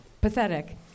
pathetic